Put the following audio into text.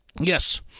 Yes